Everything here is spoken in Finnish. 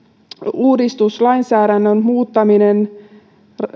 uudistus lainsäädännön muuttaminen